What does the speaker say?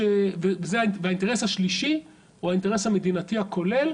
האינטרס השלישי הוא האינטרס המדינתי הכולל,